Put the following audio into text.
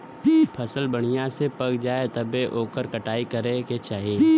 फसल बढ़िया से पक जाये तब्बे ओकर कटाई करे के चाही